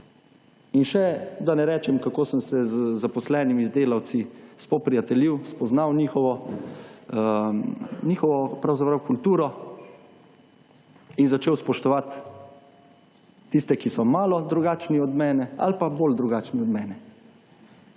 In še, da ne rečem, kako sem se z zaposlenimi, z delavci, spoprijateljil, spoznal njihovo, njihovo pravzaprav kulturo in začel spoštovat tiste, ki so malo drugačni od mene ali pa bolj drugačni od mene.